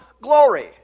glory